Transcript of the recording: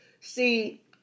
See